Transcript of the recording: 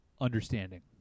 understanding